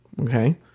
okay